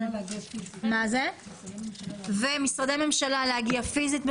בבקשה, משרדי הממשלה להגיע פיזית.